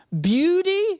beauty